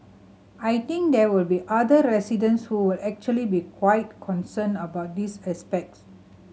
I think there will be other residents who will actually be quite concerned about this aspects